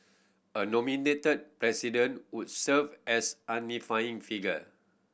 a nominated President would serve as unifying figure